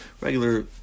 regular